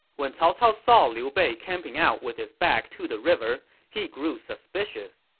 when cao cao saw liu bei camping out with his back to the river, he grew suspicious.